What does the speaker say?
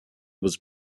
was